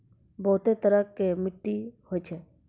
बहुतै तरह के मट्टी होय छै